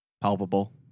Palpable